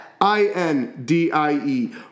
I-N-D-I-E